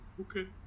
okay